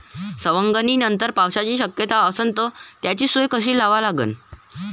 सवंगनीनंतर पावसाची शक्यता असन त त्याची सोय कशी लावा लागन?